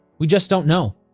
we just don't know.